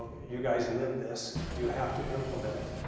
you guys live this, you have to implement it.